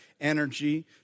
energy